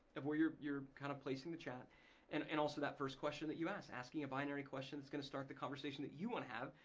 of where you're you're kind of placing the chat and and also that first question that you asked. asking a binary question that's gonna start the conversation that you wanna have,